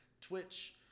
Twitch